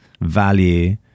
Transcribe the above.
value